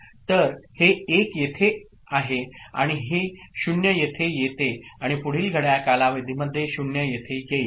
तर हे 1 येथे आहे आणि ही 0 येथे येते आणि पुढील घड्याळ कालावधीमध्ये 0 येथे येईल